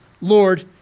Lord